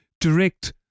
direct